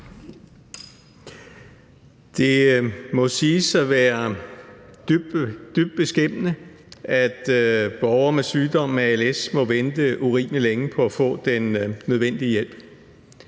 Det må siges at være dybt beskæmmende, at borgere med sygdommen als må vente urimelig længe på at få den nødvendige hjælp